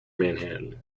manhattan